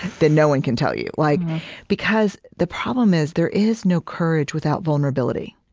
then no one can tell you like because the problem is, there is no courage without vulnerability.